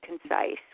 concise